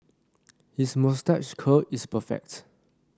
his moustache curl is perfect